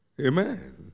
Amen